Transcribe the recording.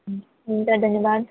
हुन्छ धन्यवाद हुन्छ